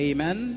Amen